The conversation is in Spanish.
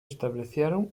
establecieron